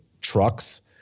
trucks